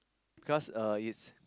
because uh it's